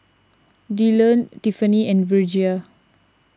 Dyllan Tiffani and Virgia